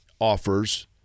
offers